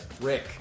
Rick